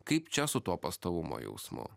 kaip čia su tuo pastovumo jausmu